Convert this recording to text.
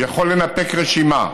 יכול לנפק רשימה.